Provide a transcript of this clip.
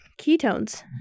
ketones